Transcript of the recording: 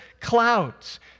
clouds